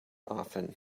often